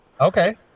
okay